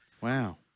Wow